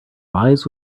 lives